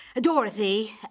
Dorothy